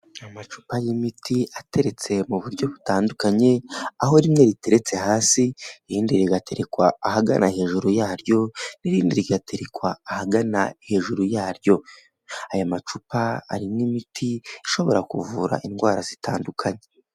Amacupa y'imiti ateretse mu buryo butandukanye aho rimwe riteretse hasi ihinduye igatekwa ahagana hejuru yaryo, n'irindi rigaterekwa ahagana hejuru yaryo. Aya macupa arimo imiti ishobora kuvura indwara zitandukanye.